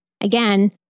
again